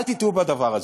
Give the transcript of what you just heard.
אל תטעו בדבר הזה.